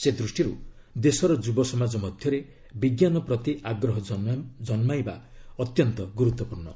ସେ ଦୃଷ୍ଟିରୁ ଦେଶର ଯୁବସମାଜ ମଧ୍ୟରେ ବିଜ୍ଞାନ ପ୍ରତି ଆଗ୍ରହ ଜନ୍ମାଇବା ଅତ୍ୟନ୍ତ ଗୁରୁତ୍ୱପୂର୍ଣ୍ଣ